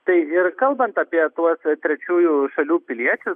tai ir kalbant apie tuos trečiųjų šalių piliečius